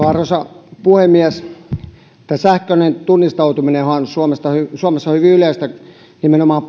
arvoisa puhemies tämä sähköinen tunnistautuminenhan on suomessa hyvin yleistä nimenomaan